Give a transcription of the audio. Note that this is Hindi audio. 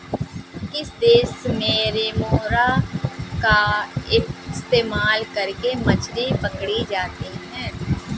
किस देश में रेमोरा का इस्तेमाल करके मछली पकड़ी जाती थी?